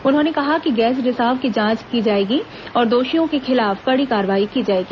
उन्होंने कहा कि गैस रिसाव की जांच की जाएगी और दोषियों के खिलाफ कड़ी कार्रवाई की जाएगी